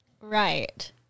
Right